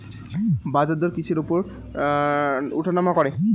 বাজারদর কিসের উপর উঠানামা করে?